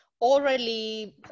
orally